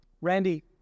Randy